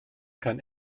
kann